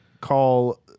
call